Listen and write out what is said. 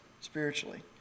spiritually